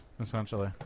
Essentially